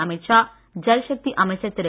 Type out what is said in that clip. அமீத் ஷா ஜல்சக்தி அமைச்சர் திரு